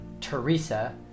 teresa